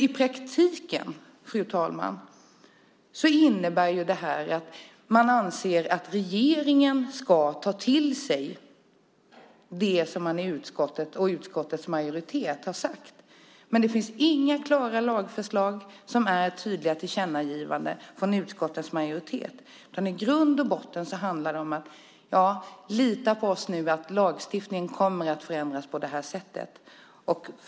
I praktiken, fru talman, innebär det att man anser att regeringen ska ta till sig det som utskottets majoritet har sagt. Men det finns inga klara lagförslag som är tydliga tillkännagivanden från utskottets majoritet. I grund och botten handlar det om: Lita på oss att lagstiftningen kommer att förändras på det här sättet.